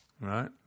right